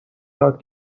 یاد